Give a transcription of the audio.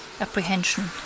apprehension